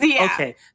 okay